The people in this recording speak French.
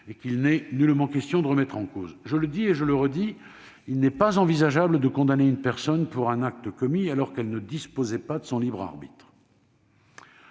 et qu'il n'est nullement question de remettre en cause. Je le dis et le redis, il n'est pas envisageable de condamner une personne pour un acte commis alors qu'elle ne disposait pas de son libre arbitre.